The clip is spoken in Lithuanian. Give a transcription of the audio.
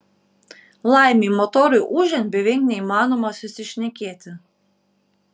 laimei motorui ūžiant beveik neįmanoma susišnekėti